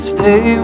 Stay